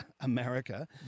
America